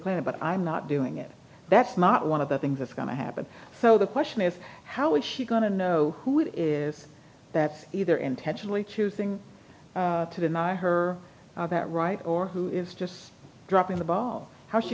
clinic but i'm not doing it that's not one of the things that's going to happen so the question is how is she going to know who it is that's either intentionally choosing to deny her that right or who is just dropping the bomb how